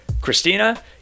Christina